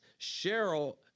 Cheryl